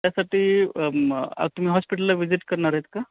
त्यासाठी म् तुम्ही हॉस्पिटलला व्हिजिट करणार आहेत का